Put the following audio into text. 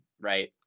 right